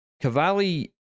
Cavalli